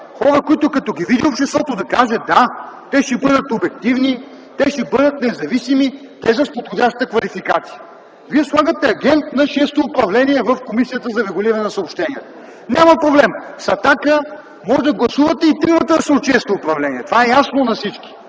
хора, които като ги види обществото, да каже: да, те ще бъдат обективни, те ще бъдат независими, те са с подходяща квалификация. Вие слагате агент на Шесто управление в Комисията за регулиране на съобщенията. Няма проблем! С „Атака” може да гласувате и тримата да са от Шесто управление. Това е ясно на всички.